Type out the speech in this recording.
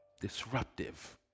disruptive